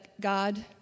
God